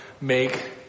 make